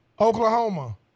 Oklahoma